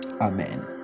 Amen